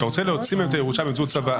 ואם אתה רוצה להוציא מהם את הירושה באמצעות צוואה